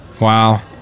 Wow